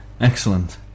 Excellent